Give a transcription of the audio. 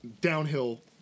downhill